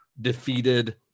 defeated